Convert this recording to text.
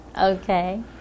Okay